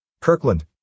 Kirkland